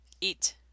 eat